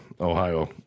Ohio